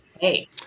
hey